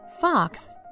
Fox